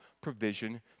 provision